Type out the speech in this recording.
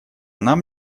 нам